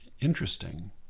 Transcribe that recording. interesting